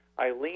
Eileen